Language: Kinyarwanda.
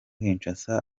kinshasa